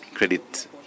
credit